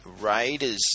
Raiders